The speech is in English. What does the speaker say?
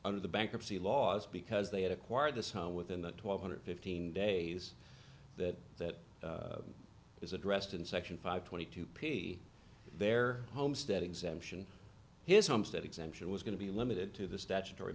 under the bankruptcy laws because they had acquired this home within the twelve hundred fifteen days that that is addressed in section five twenty two p there homestead exemption his homestead exemption was going to be limited to the statutory